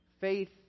faith